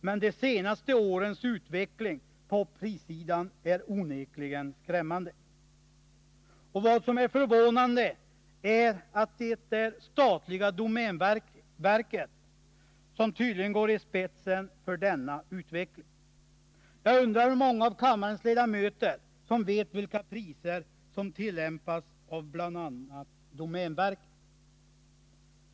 Men de senaste årens utveckling på prissidan är Jaktvårdsområonekligen skrämmande, och vad som är förvånande är att det statliga domänverket tydligen går i spetsen för denna utveckling. Jag undrar hur många av kammarens ledamöter som vet vilka priser som tillämpas av bl.a. domänverket.